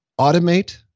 automate